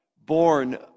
born